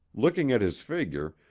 looking at his figure,